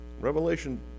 Revelation